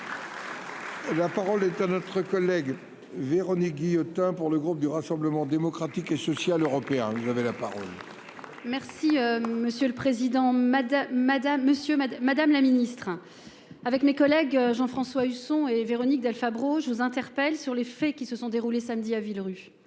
La parole est à notre collègue Véronique Guillotin pour le groupe du Rassemblement démocratique et Social Europe. Oui alors il avait la parole. Merci monsieur le président, madame, madame, monsieur, madame, madame la Ministre, avec mes collègues Jean-François Husson et Véronique Del Fabbro je vous interpelle sur les faits qui se sont déroulées samedi à Villerupt